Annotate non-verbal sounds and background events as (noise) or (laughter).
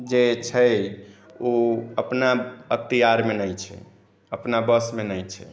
जे छै ओ अपना (unintelligible) मे नहि छै अपना बस मे नहि छै